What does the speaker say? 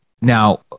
now